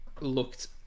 looked